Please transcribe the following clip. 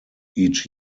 each